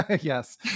yes